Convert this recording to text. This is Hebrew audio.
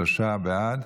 שלושה בעד,